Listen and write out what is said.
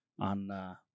on